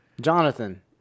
Jonathan